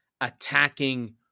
attacking